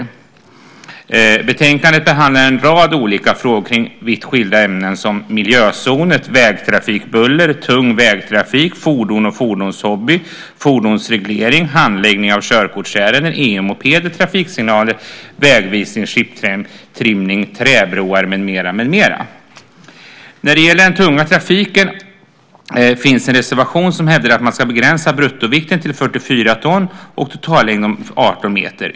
I betänkandet behandlas en rad olika frågor kring vitt skilda ämnen som miljözoner, vägtrafikbuller, tung vägtrafik, fordon och fordonshobby, fordonsreglering, handläggning av körkortsärenden, EU-mopeder, trafiksignaler, vägvisning, chiptrimning, träbroar med mera. När det gäller den tunga trafiken finns det en reservation som hävdar att man ska begränsa bruttovikten till 44 ton och totallängden till 18 meter.